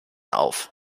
auf